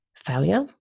failure